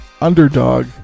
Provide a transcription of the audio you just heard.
underdog